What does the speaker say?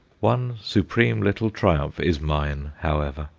one supreme little triumph is mine, however.